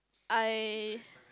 I